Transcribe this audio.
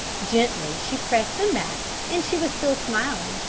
gently she pressed him back and she was still smiling,